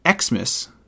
Xmas